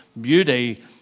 beauty